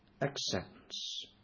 acceptance